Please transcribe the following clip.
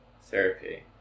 therapy